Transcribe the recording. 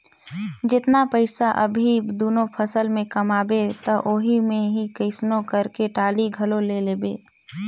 जेतना पइसा अभी दूनो फसल में कमाबे त ओही मे ही कइसनो करके टाली घलो ले लेबे